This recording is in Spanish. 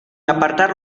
apartar